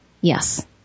Yes